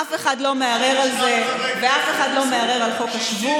אף אחד לא מערער על זה ואף אחד לא מערער על חוק השבות,